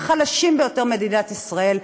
החלשים ביותר במדינת ישראל,